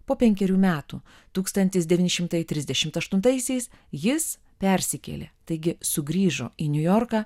po penkerių metų tūkstantis devyni šimtai trisdešimt aštuntaisiais jis persikėlė taigi sugrįžo į niujorką